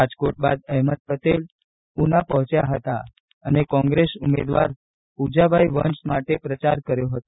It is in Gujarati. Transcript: રાજકોટ બાદ અહેમદ પટેલ ઊના પહોંચ્યા હતા અને કોંગ્રેસ ઉમેદવાર પુંજાભાઇ વંશ માટે પ્રચાર કર્યો હતો